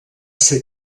ser